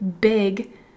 big